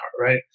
right